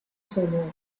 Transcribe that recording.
sonoro